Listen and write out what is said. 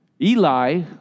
Eli